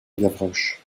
gavroche